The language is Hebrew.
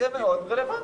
זה מאוד רלוונטי.